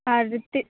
ᱟᱨ ᱛᱤᱫ